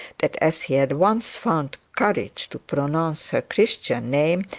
that as he had once found courage to pronounce her christian name,